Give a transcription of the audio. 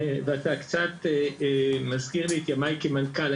ואתה קצת מזכיר לי את ימיי כמנכ"ל.